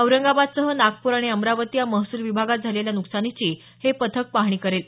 औरंगाबादसह नागपूर आणि अमरावती या महसूल विभागात झालेल्या नुकसानीची हे पथक पाहणी करील